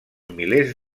milers